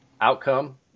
outcome